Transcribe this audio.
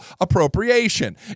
appropriation